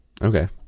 Okay